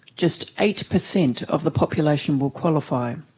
just eight percent of the population will qualify.